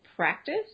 practice